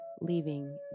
leaving